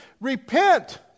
Repent